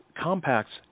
compacts